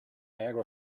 niagara